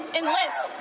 enlist